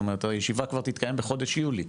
זאת אומרת הישיבה תתקיים בחודש יולי.